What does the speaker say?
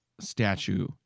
statue